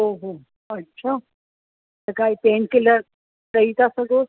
ओ हो अच्छा त काई पेन किलर ॾेई था सघो